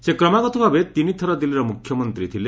ସେ କ୍ରମାଗତ ଭାବେ ତିନି ଥର ଦିଲ୍ଲୀର ମୁଖ୍ୟମନ୍ତ୍ରୀ ଥିଲେ